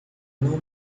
não